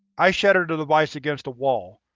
i shattered the device against the wall.